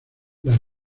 las